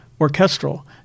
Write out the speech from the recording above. orchestral